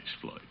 Floyd